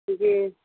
جی